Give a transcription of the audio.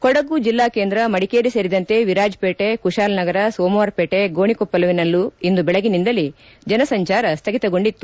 ಕೊಡಗು ಜಿಲ್ಲಾ ಕೇಂದ್ರ ಮಡಿಕೇರಿ ಸೇರಿದಂತೆ ವಿರಾಜಪೇಟೆ ಕುಶಾಲನಗರ ಸೋಮವಾರ ಪೇಟೆ ಗೋಣಿಕೊಪ್ಪಲುವಿನ ಇಂದು ಬೆಳಗಿನಿಂದಲೇ ಜನ ಸಂಚಾರ ಸ್ವಗಿತಗೊಂಡಿತ್ತು